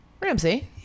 Ramsey